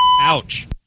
Ouch